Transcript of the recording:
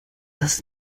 das